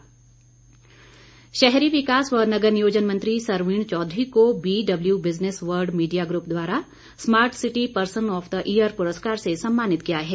सरवीण चौधरी शहरी विकास व नगर नियोजन मंत्री सरवीण चौधरी को B W business world media group द्वारा smart city person of the year पुरस्कार से सम्मानित किया गया है